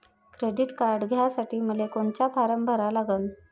Credit card घ्यासाठी मले कोनचा फारम भरा लागन?